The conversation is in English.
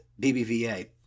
BBVA